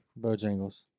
Bojangles